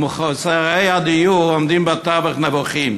ומחוסרי הדיור עומדים בתווך נבוכים.